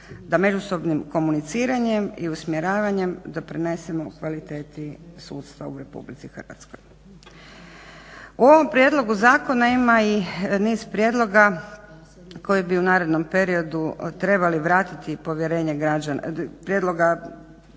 da međusobnim komuniciranjem i usmjeravanjem doprinesemo kvaliteti sudstva u Republici Hrvatskoj. U ovom prijedlogu zakona ima i niz prijedloga koji bi u narednom periodu trebali vratiti i povjerenje, prijedloga,